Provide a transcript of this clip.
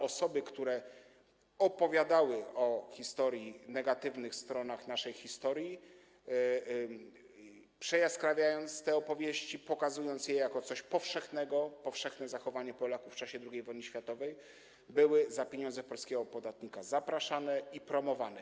Osoby, które opowiadały o negatywnych stronach naszej historii, przejaskrawiając te opowieści, pokazując je jako coś powszechnego, jako powszechne zachowanie Polaków w czasie II wojny światowej, były za pieniądze polskiego podatnika zapraszane i promowane.